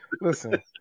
Listen